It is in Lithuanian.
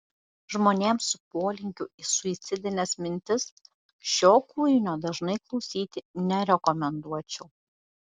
žmonėms su polinkiu į suicidines mintis šio kūrinio dažnai klausyti nerekomenduočiau